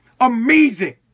amazing